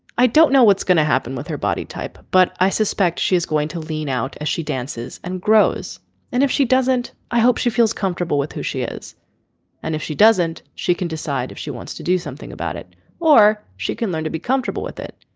i don't know what's going to happen with her body type but i suspect she is going to lean out as she dances and grows and if she doesn't i hope she feels comfortable with who she is and if she doesn't she can decide if she wants to do something about it or she can learn to be comfortable with it.